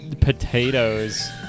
potatoes